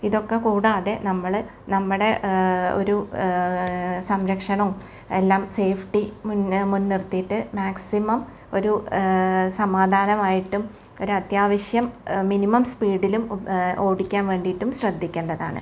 ഇതൊക്കെ കൂടാതെ നമ്മൾ നമ്മുടെ ഒരു സംരക്ഷണോം എല്ലാം സേഫ്റ്റി മുന്നേ മുൻ നിർത്തിയിട്ട് മാക്സിമം ഒരു സമാധാനമായിട്ടും ഒരത്യാവശ്യം മിനിമം സ്പ്പീഡിലും ഓടിക്കാൻ വേണ്ടിയിട്ടും ശ്രദ്ധിക്കേണ്ടതാണ്